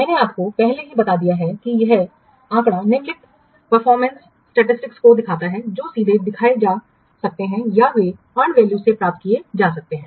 मैंने आपको पहले ही बता दिया है कि यह आंकड़ा निम्नलिखित परफॉर्मेंस स्टैटिसटिक्स को दिखाता है जो सीधे दिखाए जा सकते हैं या वे earned value से प्राप्त किए जा सकते हैं